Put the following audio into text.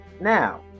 Now